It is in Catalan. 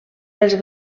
els